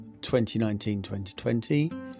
2019-2020